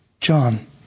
John